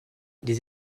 les